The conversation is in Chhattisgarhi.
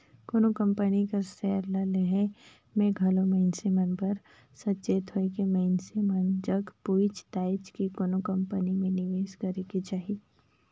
कोनो कंपनी कर सेयर ल लेहे में घलो मइनसे मन ल सचेत होएके मइनसे मन जग पूइछ ताएछ के कोनो कंपनी में निवेस करेक चाही